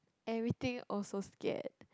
everything also scared